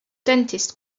dentist